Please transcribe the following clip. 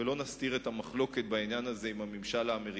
לא נסתיר את המחלוקת בעניין הזה עם הממשל האמריקני,